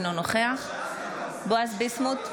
אינו נוכח בועז ביסמוט,